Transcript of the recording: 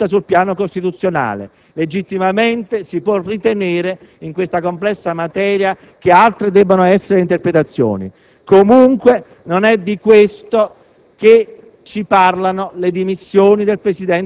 Non è l'unica interpretazione che può essere addotta sul piano costituzionale: legittimamente si può ritenere, in questa complessa materia, che altre debbano essere le interpretazioni. Comunque, non è di questo